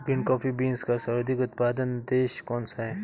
Green coffee beans का सर्वाधिक उत्पादक देश कौन सा है?